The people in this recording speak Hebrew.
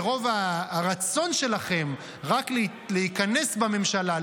מרוב הרצון שלכם רק להיכנס בממשלה,